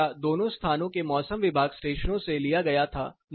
यह डाटा दोनों स्थानों के मौसम विभाग स्टेशनों से लिया गया था